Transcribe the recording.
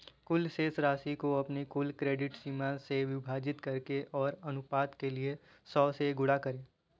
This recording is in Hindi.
कुल शेष राशि को अपनी कुल क्रेडिट सीमा से विभाजित करें और अनुपात के लिए सौ से गुणा करें